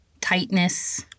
tightness